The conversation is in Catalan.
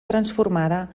transformada